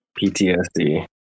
ptsd